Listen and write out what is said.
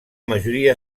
majoria